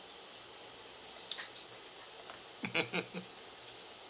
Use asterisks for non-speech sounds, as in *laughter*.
*noise* *laughs*